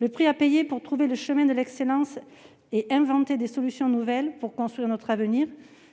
Le prix à payer pour retrouver le chemin de l'excellence et inventer des solutions nouvelles pour construire notre avenir,